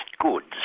goods